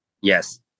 yes